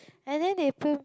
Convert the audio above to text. and then they